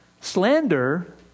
Slander